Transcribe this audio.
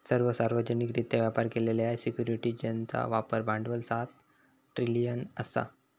सर्व सार्वजनिकरित्या व्यापार केलेल्या सिक्युरिटीजचा बाजार भांडवल सात ट्रिलियन असा